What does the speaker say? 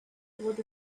with